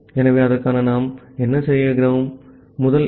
ஆகவே அதற்காக நாம் என்ன செய்கிறோம் முதலில் எஃப்